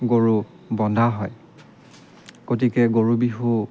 গৰুক বন্ধা হয় গতিকে গৰু বিহু